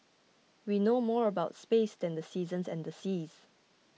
we know more about space than the seasons and the seas